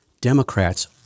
Democrats